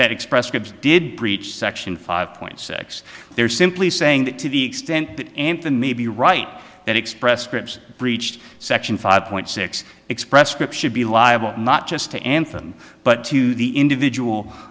that express scripts did breach section five point six they're simply saying that to the extent that that may be right that express scripts breached section five point six express scripts should be liable not just to anthem but to the individual